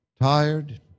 Tired